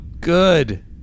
good